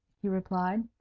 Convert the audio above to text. he replied,